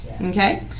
Okay